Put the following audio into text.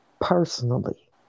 personally